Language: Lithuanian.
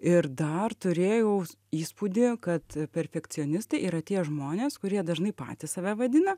ir dar turėjau įspūdį kad perfekcionistai yra tie žmonės kurie dažnai patys save vadina